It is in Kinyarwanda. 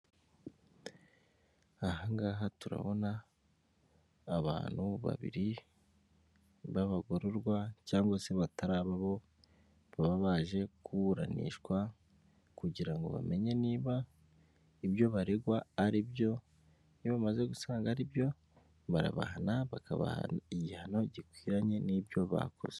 Aha ngaha turabona abantu babiri babagororwa cyangwa se bataraba bo, baba baje kuburanishwa kugira ngo bamenye niba ibyo baregwa ari byo, iyo bamaze gusanga aribyo barabahana bakabaha igihano gikwiranye n'ibyo bakoze.